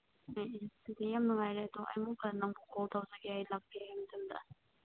ꯎꯝ ꯑꯗꯨꯗꯤ ꯌꯥꯝ ꯅꯨꯡꯉꯥꯏꯔꯦ ꯑꯗꯣ ꯑꯩ ꯑꯃꯨꯛꯀ ꯅꯥꯕꯨ ꯀꯣꯜ ꯇꯧꯖꯒꯦ ꯑꯩ ꯂꯥꯛꯇ꯭ꯔꯤꯉꯥꯏ ꯃꯇꯝꯗ